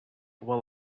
will